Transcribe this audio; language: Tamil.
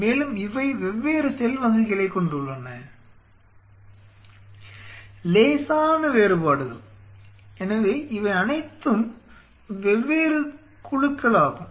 மேலும் இவை வெவ்வேறு செல் வகைகளைக் கொண்டுள்ளன லேசான வேறுபாடுகள் எனவே இவையனைத்தும் வெவ்வேறு குழுக்கள் ஆகும்